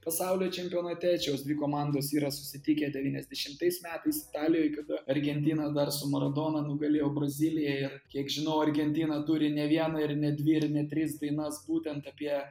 pasaulio čempionate šios dvi komandos yra susitikę devyniasdešimtais metais italijoj kada argentina dar su maradona nugalėjo braziliją kiek žinau argentina turi ne vieną ir ne dvi ir ne tris dainas būtent apie